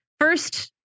first